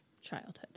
childhood